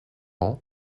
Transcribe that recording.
ans